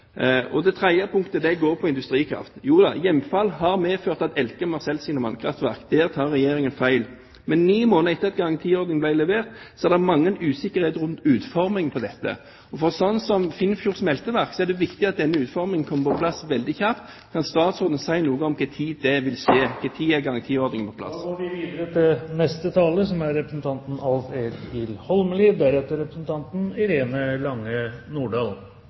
Det tredje punktet går på industrikraft. Hjemfall har medført at Elkem har solgt sine vannkraftverk. Der tok Regjeringen feil. Men ni måneder etter at garantiordningen ble levert, er det mange usikkerheter rundt utformingen her. For bedrifter som smelteverket Finnfjord AS er det viktig at denne utformingen kommer på plass veldig kjapt. Kan statsråden si noe om når det vil skje, når garantiordningene er på plass?